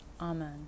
Amen